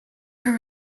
her